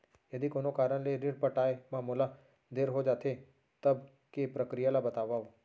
यदि कोनो कारन ले ऋण पटाय मा मोला देर हो जाथे, तब के प्रक्रिया ला बतावव